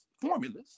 formulas